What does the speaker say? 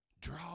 Draw